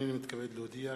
הנני מתכבד להודיע,